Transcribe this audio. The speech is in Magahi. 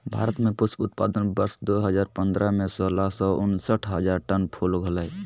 भारत में पुष्प उत्पादन वर्ष दो हजार पंद्रह में, सोलह सौ उनसठ हजार टन फूल होलय